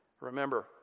Remember